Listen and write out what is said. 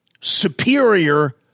superior